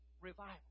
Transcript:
revival